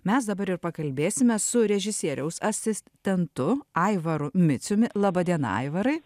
mes dabar ir pakalbėsime su režisieriaus asistentu aivaru miciumi laba diena aivarai